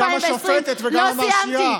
את גם השופטת וגם המרשיעה.